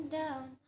down